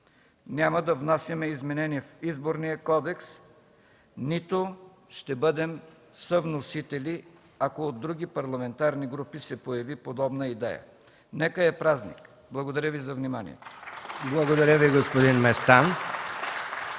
Няма да внасяме изменения в Изборния кодекс, нито ще бъдем съвносители, ако от други парламентарни групи се появи подобна идея. Нека е празник! Благодаря Ви за вниманието. (Ръкопляскания